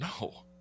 No